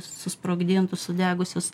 susprogdintus sudegusius